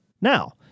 Now